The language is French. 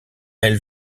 elle